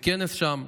בכנס שם.